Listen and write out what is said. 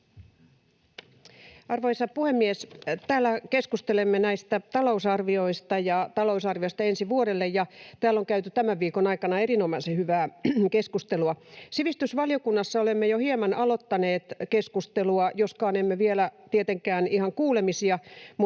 Arvoisa puhemies! Täällä keskustelemme talousarviosta ensi vuodelle, ja täällä on käyty tämän viikon aikana erinomaisen hyvää keskustelua. Sivistysvaliokunnassa olemme jo hieman aloittaneet keskustelua, joskaan emme vielä tietenkään ihan kuulemisia, mutta